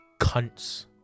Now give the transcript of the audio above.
cunts